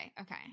okay